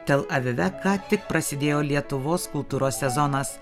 tel avive ką tik prasidėjo lietuvos kultūros sezonas